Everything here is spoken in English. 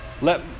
Let